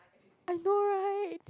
I know right